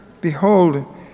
behold